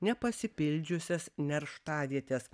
nepasipildžiusias nerštavietes